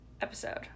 episode